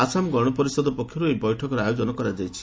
ଆସାମ ଗଣପରିଷଦ ପକ୍ଷରୁ ଏହି ବୈଠକର ଆୟୋଜନ କରାଯାଇଛି